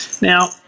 now